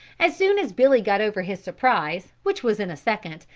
as soon as billy got over his surprise, which was in a second,